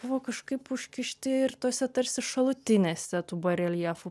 buvo kažkaip užkišti ir tose tarsi šalutinėse tų bareljefų